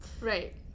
Right